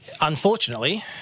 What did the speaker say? unfortunately